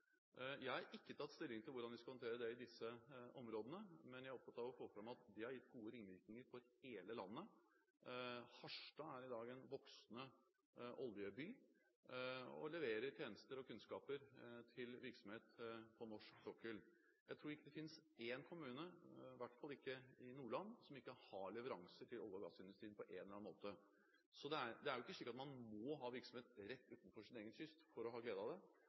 Jeg har ikke tatt stilling til hvordan vi skal håndtere det i disse områdene, men jeg er opptatt av å få fram at det har gitt gode ringvirkninger for hele landet. Harstad er i dag en voksende oljeby og leverer tjenester og kunnskaper til virksomhet på norsk sokkel. Jeg tror ikke det finnes én kommune, i hvert fall ikke i Nordland, som ikke har leveranser til olje- og gassindustrien på en eller annen måte. Det er jo ikke slik at man må ha virksomhet rett utenfor sin egen kyst for å ha glede av